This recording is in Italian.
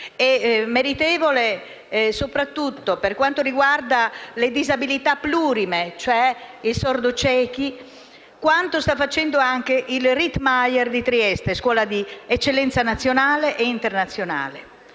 meritevole soprattutto per quanto riguarda le disabilità plurime, cioè i sordociechi, e quanto sta facendo anche l'Istituto Regionale Rittmeyer di Trieste, scuola d'eccellenza nazionale e internazionale,